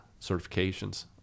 certifications